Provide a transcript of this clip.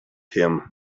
him